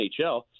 NHL